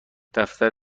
دفتر